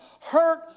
hurt